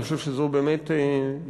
אני חושב שזו באמת מתכונת,